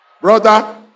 Brother